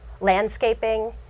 landscaping